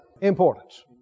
importance